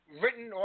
written